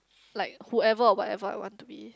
like whoever or whatever I want to be